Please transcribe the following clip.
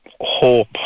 hope